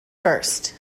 first